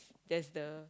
there's the